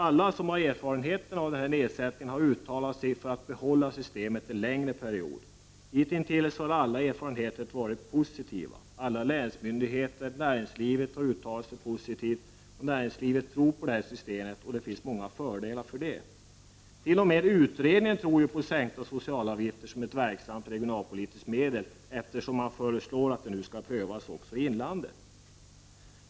Alla som har erfarenheter av den här nedsättningen har uttalat sig för att man skall behålla systemet en längre tid. Hitintills har alla erfarenheter varit positiva. Alla länsmyndigheter och näringslivet har uttalat sig positivt. Näringslivet tror alltså på det här systemet. Fördelarna är många. T.o.m. utredningen tror på sänkta socialavgifter som ett verksamt regionalpolitiskt medel. Man föreslår ju att det här systemet skall prövas också i inlandet.